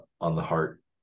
on-the-heart